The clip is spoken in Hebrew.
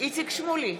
איציק שמולי,